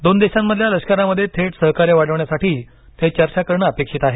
दोन देशांमधल्या लष्करामध्ये थेट सहकार्य वाढवण्यासाठीही ते चर्चा करणं अपेक्षित आहे